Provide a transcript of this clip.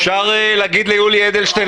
אפשר להגיד ליולי אדלשטיין,